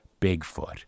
Bigfoot